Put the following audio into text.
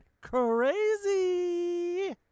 crazy